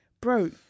bro